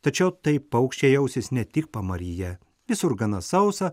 tačiau taip paukščiai jausis ne tik pamaryje visur gana sausa